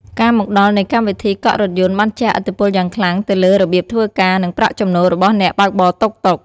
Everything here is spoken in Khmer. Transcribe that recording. ការមកដល់នៃកម្មវិធីកក់រថយន្តបានជះឥទ្ធិពលយ៉ាងខ្លាំងទៅលើរបៀបធ្វើការ និងប្រាក់ចំណូលរបស់អ្នកបើកបរតុកតុក។